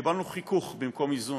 קיבלנו חיכוך במקום איזון.